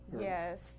Yes